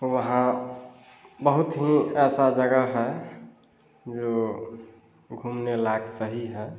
वहाँ बहुत ही ऐसा जगह है जो घूमने लायक सही है